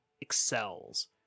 excels